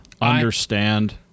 understand